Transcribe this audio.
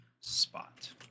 spot